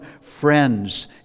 friends